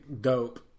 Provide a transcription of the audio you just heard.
Dope